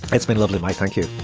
it's been lovely. my thank you